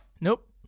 Nope